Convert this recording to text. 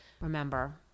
remember